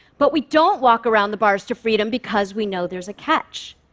but we don't walk around the bars to freedom because we know there's a catch.